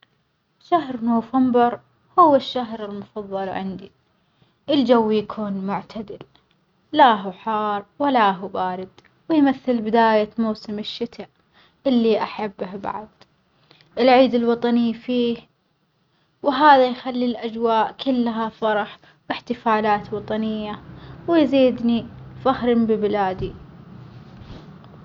شهر نوفمبر هو الشهر المفظل عندي، الجو يكون معتدل لا هو حار ولا هو بارد، ويمثل بداية موسم الشتا اللي أحبه بعد، العيد الوطني فيه وهذا يخلي الأجواء كلها فرح واحتفالات وطنية ويزيدني فخرٍ ببلادي.